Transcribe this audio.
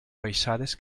baixades